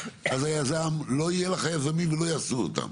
אז היזם לא יהיו לך יזמים ולא יעשו אותם.